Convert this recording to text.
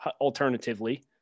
alternatively